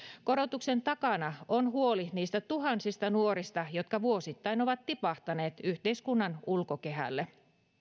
korotuksen takana on huoli niistä tuhansista nuorista jotka vuosittain ovat tipahtaneet yhteiskunnan ulkokehälle